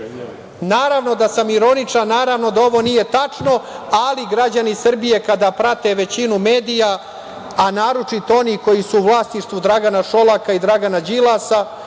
Srbije. Naravno da sam ironičan, naravno da ovo nije tačno, ali građani Srbije, kada prate većinu medija, a naročito one koji su u vlasništvu Dragana Šolaka i Dragana Đilasa,